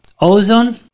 Ozone